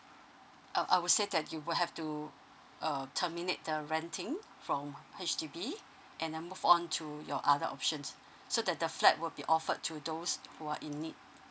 uh I would say that you will have to uh terminate the renting from H_D_B and then move on to your other options so that the flat will be offered to those who are in need